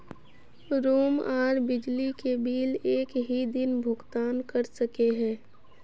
Room आर बिजली के बिल एक हि दिन भुगतान कर सके है?